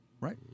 right